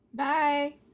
Bye